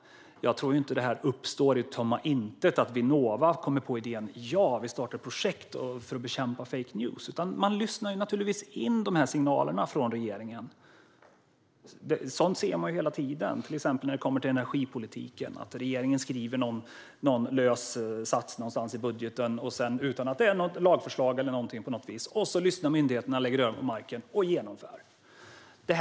Jag tror ju inte att Vinnova har kommit på idén ur tomma intet - ja, vi startar ett projekt för att bekämpa fake news! - utan man lyssnar naturligtvis in signalerna från regeringen. Sådant ser man ju hela tiden, till exempel när det kommer till energipolitiken: Regeringen skriver en lös sats någonstans i budgeten, inget lagförslag på något vis, och så lägger myndigheterna örat mot marken, lyssnar och genomför det.